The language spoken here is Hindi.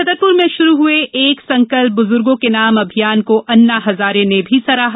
छतरपुर में शुरू हुए एक संकल्प बुजुर्गों के नाम अभियान को अन्ना हजारे ने भी सराहा